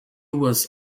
was